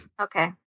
Okay